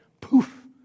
Poof